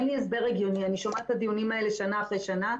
אני שומעת את הדיונים האלה שנה אחרי שנה,